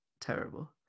terrible